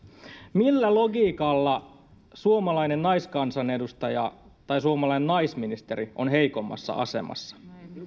millä logiikalla suomalainen naiskansanedustaja tai suomalainen naisministeri on heikommassa asemassa